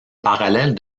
parallèle